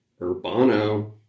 Urbano